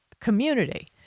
community